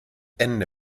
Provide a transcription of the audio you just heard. ende